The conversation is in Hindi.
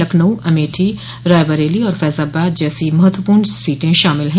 लखनऊ अमेठी रायबरेली और फैजाबाद जैसी महत्वपूर्ण सीटें शामिल है